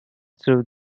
through